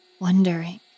wondering